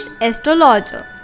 Astrologer